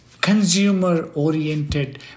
consumer-oriented